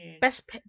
Best